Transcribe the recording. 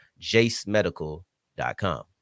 JaceMedical.com